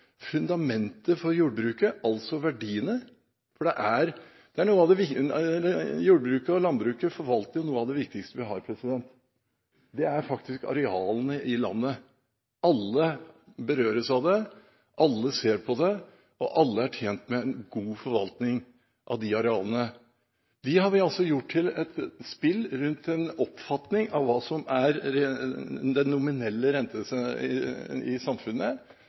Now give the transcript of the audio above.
fundamentet for jordbruket, altså verdiene. Jordbruket og landbruket forvalter noe av det viktigste vi har, arealene i landet. Alle berøres av det, alle ser på det, og alle er tjent med en god forvaltning av arealene. De har vi gjort til et spill rundt en oppfatning av hva som er den nominelle renten i samfunnet,